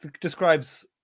describes